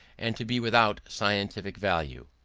and to be without scientific value.